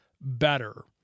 better